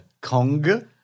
Kong